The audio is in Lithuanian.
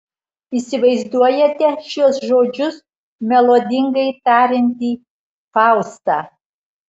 įsivaizduojate šiuos žodžius melodingai tariantį faustą